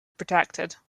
protected